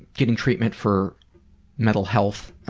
getting treatment for mental health